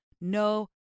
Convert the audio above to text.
No